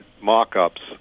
mock-ups